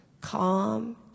calm